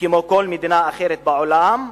כמו כל מדינה אחרת בעולם,